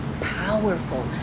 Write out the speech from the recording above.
powerful